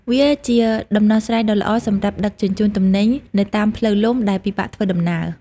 វាជាដំណោះស្រាយដ៏ល្អសម្រាប់ដឹកជញ្ជូនទំនិញនៅតាមផ្លូវលំដែលពិបាកធ្វើដំណើរ។